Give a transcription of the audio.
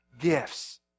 gifts